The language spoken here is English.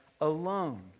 alone